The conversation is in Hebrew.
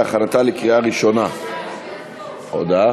הודעה